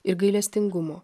ir gailestingumo